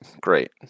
great